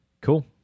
Cool